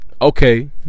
Okay